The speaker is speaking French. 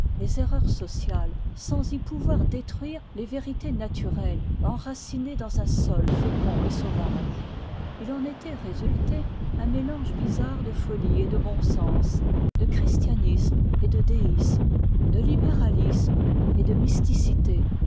les erreurs sociales sans y pouvoir détruire les vérités naturelles enracinées dans un sol fécond et sauvage il en étoit résulté un mélange bizarre de folie et de bon sens de christianisme et de déisme de libéralisme et de mysticité